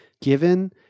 given